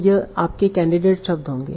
तो यह आपके कैंडिडेट शब्द होंगे